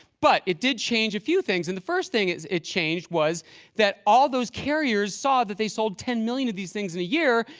but it did change a few things. and the first thing it changed was that all those carriers saw that they sold ten million of these things in a year.